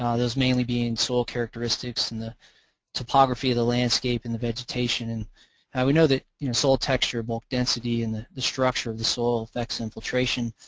um those mainly being soil characteristics, and the topography landscape, and the vegetation. and and we know that soil texture, both density and the the structure of the soil affects infiltration.